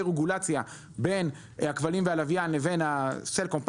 רגולציה בין הכבלים והלוויין לבין סלקום,